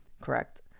correct